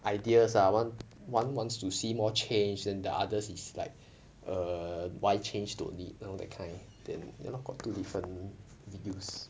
ideas ah one one wants to see more change then the others is like err why change don't need you know that kind then ya lor got two different views